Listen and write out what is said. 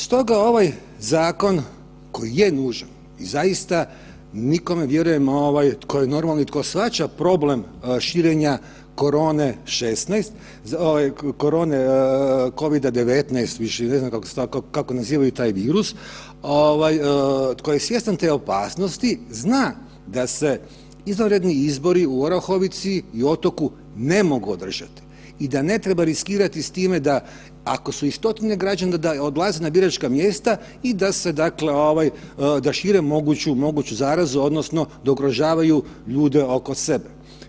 Stoga ovaj zakon koji je nužan i zaista nikome vjerujem ovaj ko je normalan i tko shvaća problem širenja korone 16, ovaj korone COVID-19, više i ne znam kako nazivaju taj virus, ovaj tko je svjestan te opasnosti zna da se izvanredni izbori u Orahovici i Otoku ne mogu održati i da ne treba riskirati s time da ako su i stotine građana da odlaze na biračka mjesta i da se, dakle ovaj da šire moguću, moguću zarazu odnosno da ugrožavaju ljude oko sebe.